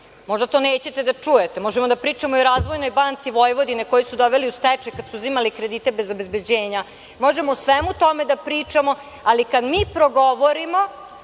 možda to nećete da čujete, možemo da pričamo i o Razvojnoj banci Vojvodine koju su doveli u stečaj kada su uzimali kredite bez obezbeđenja, možemo o svemu tome da pričamo, ali kada mi progovorimo,